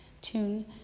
Tune